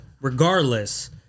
regardless